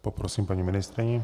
Poprosím paní ministryni.